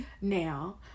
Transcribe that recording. now